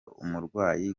umurwayi